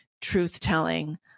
truth-telling